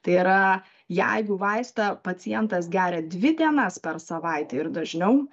tai yra jeigu vaistą pacientas geria dvi dienas per savaitę ir dažniau